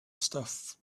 stuff